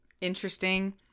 interesting